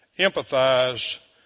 empathize